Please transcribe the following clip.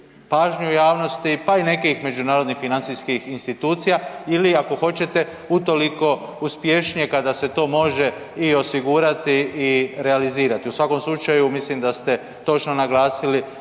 pažnju javnosti, pa i nekih međunarodnih financijskih institucija ili ako hoćete utoliko uspješnije kada se to može i osigurati i realizirati. U svakom slučaju mislim da ste točno naglasili